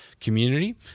community